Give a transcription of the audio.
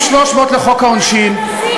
זהבה, תני לי לסיים.